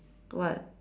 what